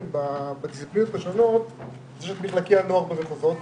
בדיסציפלינות השונות יש את מחלקי הנוער במחוזות